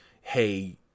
hey